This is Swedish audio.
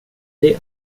det